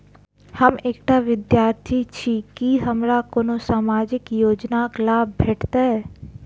हम एकटा विद्यार्थी छी, की हमरा कोनो सामाजिक योजनाक लाभ भेटतय?